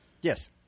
Yes